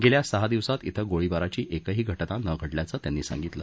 गेल्या सहा दिवसांत क्रि गोळीबारची एकही घटना न घडल्याचं त्यांनी सांगितलं